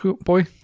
boy